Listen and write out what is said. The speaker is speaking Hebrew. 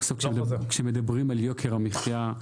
כשמדברים על יוקר המחייה,